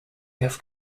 have